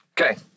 Okay